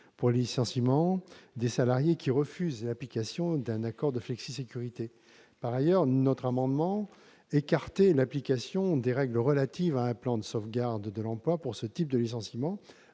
pour les licenciements des salariés qui refusent l'application d'un accord de flexisécurité. Par ailleurs, notre rédaction écarte l'application des règles relatives à un plan de sauvegarde de l'emploi pour ce type de licenciement,